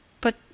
But